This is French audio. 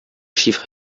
chiffres